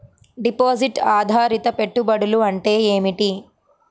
Deposit ఆధారిత పెట్టుబడులు అంటే ఏమిటి?